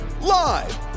live